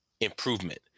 improvement